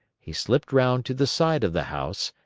he slipped round to the side of the house,